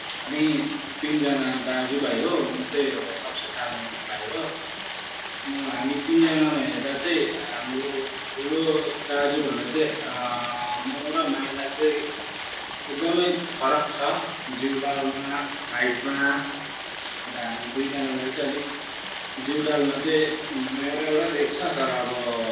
हामी तिनजना दाजुभाइ हो म चाहिँ अब सबसे सानो भाइ हो हामी तिनजनामा हेर्दा चाहिँ हाम्रो ठुलो दाजुभन्दा चाहिँ म र माहिला चाहिँ एकदमै फरक छ जिउडालमा हाइटमा अन्त हामी दुईजनालाई चाहिँ अलिक जिउडालमा चाहिँ एउटा एउटै देख्छ तर अब